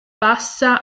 passa